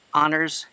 honors